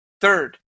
Third